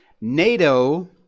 NATO